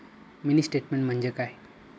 Mini statement म्हणजे काय?